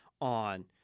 on